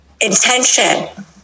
intention